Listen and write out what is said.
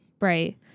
Right